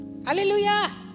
Hallelujah